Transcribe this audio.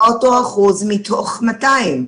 אותו אחוז מ-200,